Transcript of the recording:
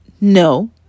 no